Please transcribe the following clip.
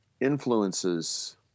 Influences